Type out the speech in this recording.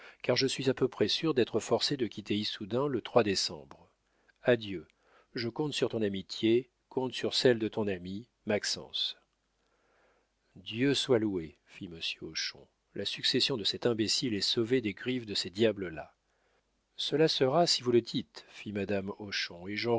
car je suis à peu près sûr d'être forcé de quitter issoudun le décembre adieu je compte sur ton amitié compte sur celle de ton ami maxence dieu soit loué fit monsieur hochon la succession de cet imbécile est sauvée des griffes de ces diables là cela sera si vous le dites fit madame hochon et